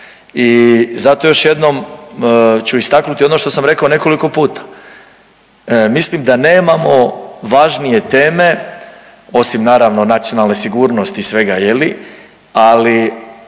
I zato još jednom ću istaknuti ono što sam rekao nekoliko puta. Mislim da nemamo važnije teme osim naravno nacionalne sigurnosti i svega je li, ali